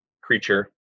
creature